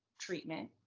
treatment